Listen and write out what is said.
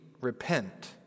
Repent